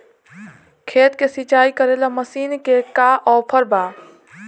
खेत के सिंचाई करेला मशीन के का ऑफर बा?